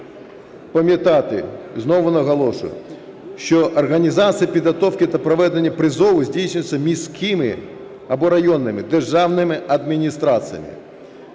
пам'ятати, і знову наголошую, що організація підготовки та проведення призову здійснюється міськими або районними державними адміністраціями.